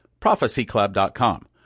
prophecyclub.com